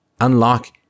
unlock